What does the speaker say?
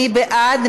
מי בעד?